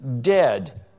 dead